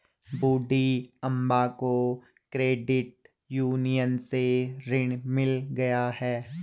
बूढ़ी अम्मा को credit union से ऋण मिल गया है